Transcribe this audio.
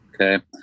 Okay